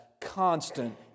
constant